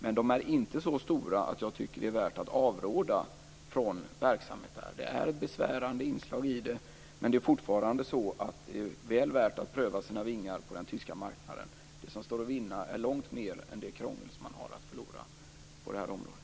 Men de är inte så stora att jag tycker att det är värt att avråda från verksamhet där. Det är ett besvärande inslag i det men det är fortfarande väl värt att pröva sina vingar på den tyska marknaden. Långt mer står att vinna utöver det krångel som man skulle slippa på det här området.